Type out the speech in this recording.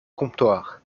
comptoir